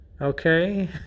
Okay